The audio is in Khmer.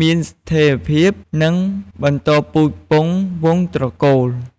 មានស្ថេរភាព និងបន្តពូជពង្សវង្សត្រកូល។